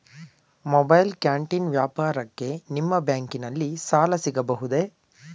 Mobile canteen ವ್ಯಾಪಾರಕ್ಕೆ ನಿಮ್ಮ ಬ್ಯಾಂಕಿನಲ್ಲಿ ಸಾಲ ಸಿಗಬಹುದೇ?